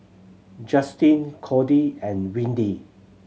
Justin Cordie and Windy